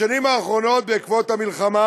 בשנים האחרונות, בעקבות המלחמה